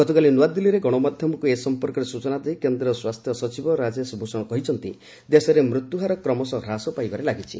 ଗତକାଲି ନ୍ତାଦିଲ୍ଲୀରେ ଗଣମାଧ୍ୟମକୁ ଏ ସମ୍ପର୍କରେ ସୂଚନା ଦେଇ କେନ୍ଦ୍ର ସ୍ୱାସ୍ଥ୍ୟ ସଚିବ ରାଜେଶ ଭୂଷଣ କହିଛନ୍ତି ଦେଶରେ ମୃତ୍ୟୁହାର କ୍ରମଶଃ ହ୍ରାସ ପାଇବାରେ ଲାଗିଛି